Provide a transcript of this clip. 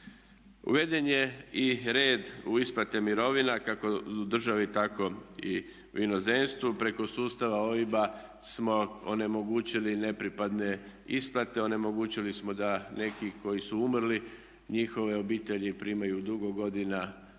Uveden je i red u isplate mirovina kako u državi tako i u inozemstvu. Preko sustava OIB-a smo onemogućili nepripadne isplate, onemogućili smo da neki koji su umrli njihove obitelji primaju dugo godina